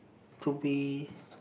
to be